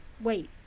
wait